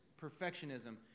perfectionism